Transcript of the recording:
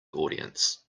audience